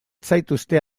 zaituzte